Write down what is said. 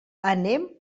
anem